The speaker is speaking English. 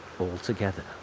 altogether